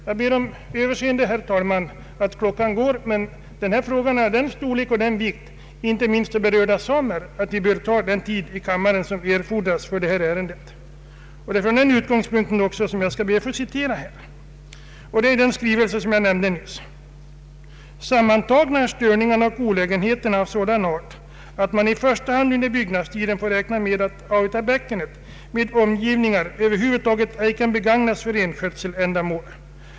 Jag ber om överseende, herr talman, för att klockan går, men denna fråga är av sådan storleksordning och vikt — inte minst för berörda samer — att vi bör använda den tid i kammaren som erfordras för detta ärende. Från den utgångspunkten skall jag alltså be att få citera ur den skrivelse jag nyss nämnde: ”Sammantagna är störningarna och olägenheterna av sådan art att man i första hand under byggnadstiden får räkna med att Autabäckenet med omgivningar över huvud taget ej kan begagnas för renskötseländamål.